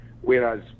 whereas